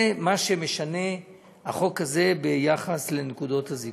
זה מה שהחוק הזה משנה ביחס לנקודות הזיכוי.